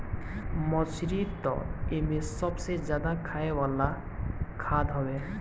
मछरी तअ एमे सबसे ज्यादा खाए जाए वाला खाद्य हवे